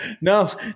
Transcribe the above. No